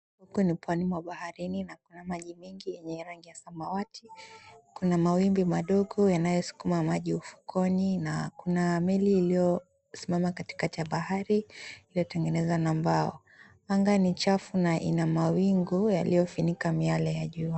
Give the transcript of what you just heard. Huku ni pwani mwa baharini na kuna maji mengi yenye rangi ya samawati. Kuna mawimbi madogo yanayosukuma maji ufukoni, na kuna meli iliyosimama katikati ya bahari iliyotengenezwa na mbao. Anga ni chafu na ina mawingu yaliyofunika miale ya jua.